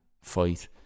fight